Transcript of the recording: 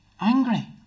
angry